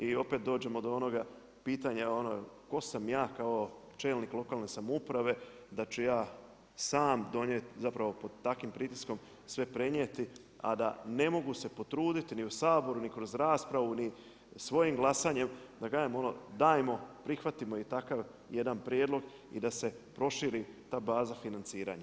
I opet dođemo do onoga pitanja tko sam ja kao čelnik lokalne samouprave da ću ja sam donijeti, zapravo pod takvim pritiskom sve prenijeti a da ne mogu se potruditi ni u Saboru, ni kroz raspravu ni svojim glasanjem da kažem ono, dajmo prihvatimo i takav jedan prijedlog i da se proširi ta baza financiranja.